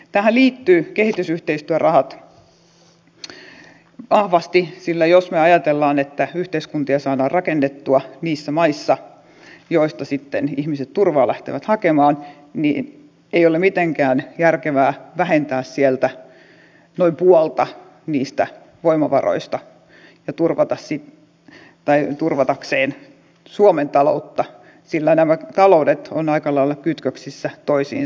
tähän liittyvät kehitysyhteistyörahat vahvasti sillä jos me ajattelemme että yhteiskuntia saadaan rakennettua niissä maissa joista sitten ihmiset turvaa lähtevät hakemaan niin ei ole mitenkään järkevää vähentää sieltä noin puolta niistä voimavaroista suomen talouden turvaamiseksi sillä nämä taloudet ovat aika lailla kytköksissä toisiinsa